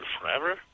forever